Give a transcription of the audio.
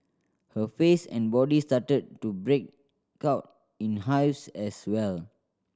her face and body started to break out in hives as well